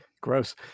Gross